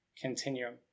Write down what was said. continuum